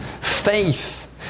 faith